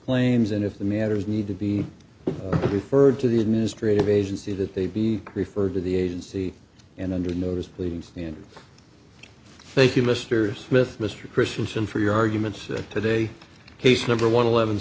claims and if the matters need to be referred to the administrative agency that they be referred to the agency and under notice please and thank you mr smith mr christianson for your arguments today case number one eleven